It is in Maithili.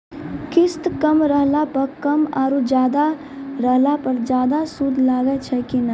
किस्त कम रहला पर कम और ज्यादा रहला पर ज्यादा सूद लागै छै कि नैय?